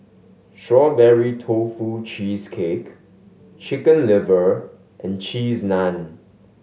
Strawberry Tofu Cheesecake Chicken Liver and Cheese Naan